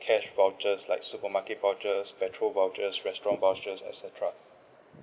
cash vouchers like supermarket vouchers petrol vouchers restaurant vouchers et cetera